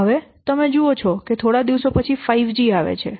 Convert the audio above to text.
હવે તમે જુઓ કે થોડા દિવસો પછી 5G આવે છે